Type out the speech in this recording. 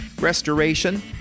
restoration